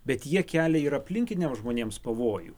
bet jie kelia ir aplinkiniams žmonėms pavojų